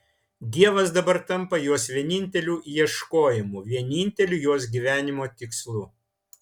dievas dabar tampa jos vieninteliu ieškojimu vieninteliu jos gyvenimo tikslu